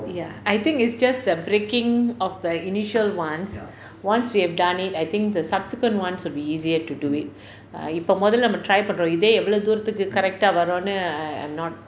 ya I think is just the breaking of the initial ones once we have done it I think the subsequent ones will be easier to do it err இப்போ முதல நம்ம:ippo muthala namma try பண்றோம் இதே எவ்வளவு தூரத்துக்கு:pandrom ithae evvalvu thurathukku correct ah வரும்ன்னு:varumnnu I'm not